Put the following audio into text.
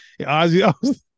Ozzy